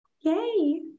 yay